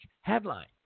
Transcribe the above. headline